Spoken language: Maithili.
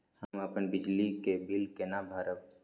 हम अपन बिजली के बिल केना भरब?